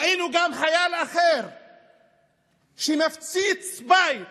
ראינו גם חייל אחר שמפציץ בית